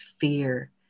fear